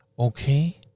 okay